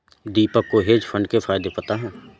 दीपक को hedge fund के फायदे पता है